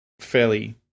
fairly